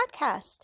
Podcast